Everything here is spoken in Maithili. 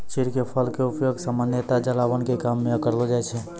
चीड़ के फल के उपयोग सामान्यतया जलावन के काम मॅ करलो जाय छै